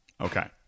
Okay